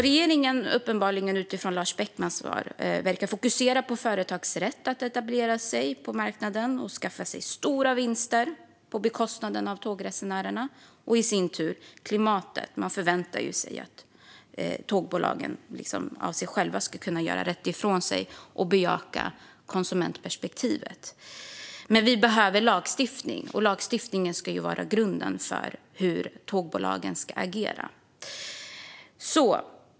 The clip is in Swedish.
Regeringen verkar alltså, utifrån Lars Beckmans svar, fokusera på företags rätt att etablera sig på marknaden och skaffa sig stora vinster på bekostnad av tågresenärerna och klimatet. Man väntar sig nämligen att tågbolagen av sig själva ska göra rätt och bejaka konsumentperspektivet. Vi behöver lagstiftning. Lagstiftningen ska vara grunden för hur tågbolagen ska agera.